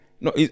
No